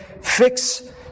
fix